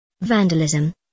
Vandalism